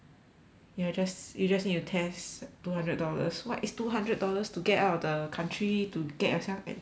you're just you just need to test two hundred dollars [what] is two hundred dollars to get out of the country to get yourself and to enjoy